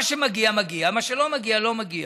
מה שמגיע מגיע, מה שלא מגיע, לא מגיע.